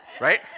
right